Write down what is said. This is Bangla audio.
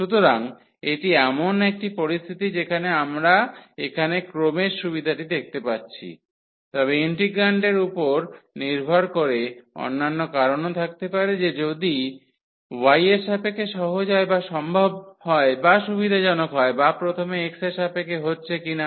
সুতরাং এটি এমন একটি পরিস্থিতি যেখানে আমরা এখানে ক্রমের সুবিধাটি দেখতে পাচ্ছি তবে ইন্টিগ্রান্ডের উপর নির্ভর করে অন্যান্য কারণও থাকতে পারে যে যদি y এর সাপেক্ষে সহজ হয় বা সম্ভব হয় বা সুবিধাজনক হয় বা প্রথমে x এর সাপেক্ষে হচ্ছে কিনা